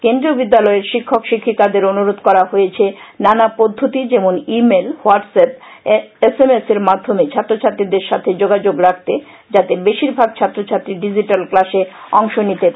কেন্দ্রীয় বিদ্যালয়ের শিক্ষক শিক্ষিকাদের অনুরোধ করা হয়েছে নানা পদ্ধতি যেমন email WhatsApp S M S র মাধ্যমে ছাত্রছাত্রীদের সাথে যোগাযোগ রাখতে যাতে বেশিরভাগ ছাত্রছাত্রী ডিজিটাল ক্লাসে অংশ নিতে পারে